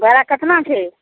भाड़ा केतना छै